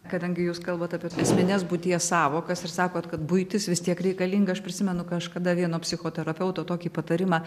kadangi jūs kalbat apie esmines būties sąvokas ir sakot kad buitis vis tiek reikalinga aš prisimenu kažkada vieno psichoterapeuto tokį patarimą